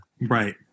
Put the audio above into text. Right